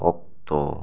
ᱚᱠᱛᱚ